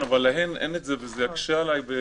כן, אבל להן אין את זה, וזה יקשה עלי.